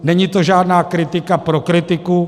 Není to žádná kritika pro kritiku.